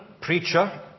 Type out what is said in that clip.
preacher